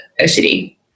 OCD